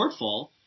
shortfall